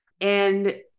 And-